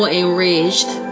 enraged